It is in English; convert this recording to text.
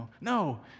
No